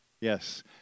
yes